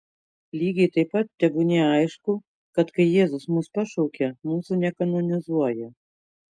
lygiai taip pat tebūnie aišku kad kai jėzus mus pašaukia mūsų nekanonizuoja